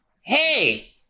Hey